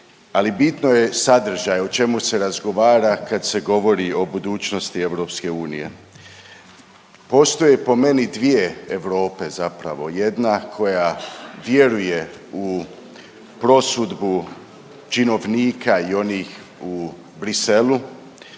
ali bitno je sadržaj o čemu se razgovara, kad se govori o budućnosti EU. Postoje po meni dvije Europe zapravo, jedna koja vjeruje u prosudbu činovnika i onih u Bruxellesu,